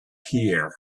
here